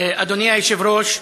אדוני היושב-ראש,